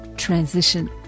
Transition